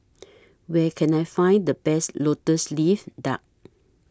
Where Can I Find The Best Lotus Leaf Duck